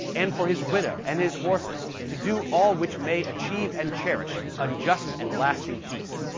and for his widow, and his orphan to do all which may achieve and cherish a just and lasting peace.